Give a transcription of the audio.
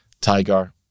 Tiger